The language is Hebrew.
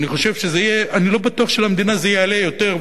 אני לא בטוח שלמדינה זה יעלה יותר,